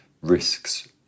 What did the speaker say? risks